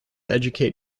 educate